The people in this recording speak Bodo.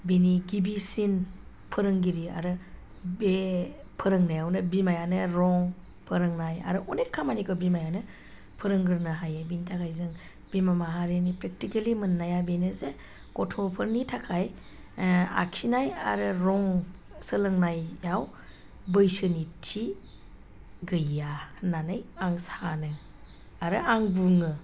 बिनि गिबिसिन फोरोंगिरि आरो बे फोरोंनायावनो बिमायानो रं फोरोंनाय आरो अनेख खामानिखौ बिमायानो फोरोंग्रोनो हायो बिनि थाखाय जों बिमा माहारिनि प्रेक्टिकेलि मोननाया बेनो जे गथ'फोरनि थाखाय आखिनाय आरो रं सोलोंनायाव बैसोनि थि गैया होननानै आं सानो आरो आं बुङो